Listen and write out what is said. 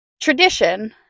tradition